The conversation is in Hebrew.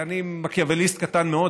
אני מקיאווליסט קטן מאוד,